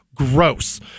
Gross